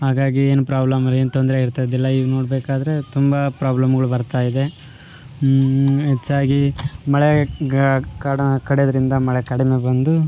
ಹಾಗಾಗಿ ಏನು ಪ್ರಾಬ್ಲಮ್ ಏನು ತೊಂದರೆ ಇರ್ತಾದಿಲ್ಲ ಈಗ ನೋಡಬೇಕಾದ್ರೆ ತುಂಬ ಪ್ರಾಬ್ಲಮ್ಗಳು ಬರ್ತಾಯಿದೆ ಹೆಚ್ಚಾಗಿ ಮಳೆ ಗ ಕಾಡನ್ನ ಕಡಿಯೋದ್ರಿಂದ ಮಳೆ ಕಡಿಮೆ ಬಂದು